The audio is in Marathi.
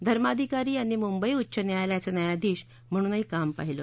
धर्माधिकारी यांनी मुंबई उच्च न्यायालयाचे न्यायाधीश म्हणूनही काम पाहिलं